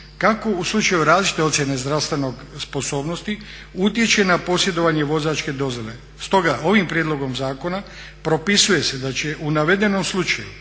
kako u slučaju različite ocjene zdravstvene sposobnosti utječe na posjedovanje vozačke dozvole. Stoga ovim prijedlogom zakona propisuje se da će u navedenom slučaju,